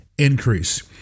Increase